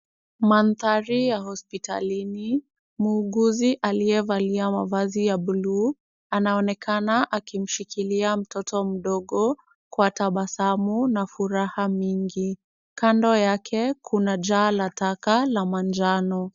Mandhari ya hospitalini, muuguzi aliyevalia mavazi ya buluu anaonekana akimshikilia mtoto mdogo kwa tabasamu na furaha mingi. Kando yake kuna jaa la taka la manjano.